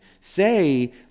say